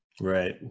right